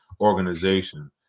organization